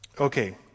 Okay